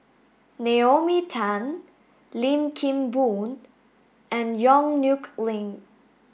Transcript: Naomi Tan Lim Kim Boon and Yong Nyuk Lin